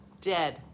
Dead